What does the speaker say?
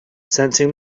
sensing